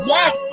Yes